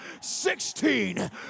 sixteen